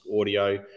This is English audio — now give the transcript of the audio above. audio